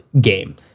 game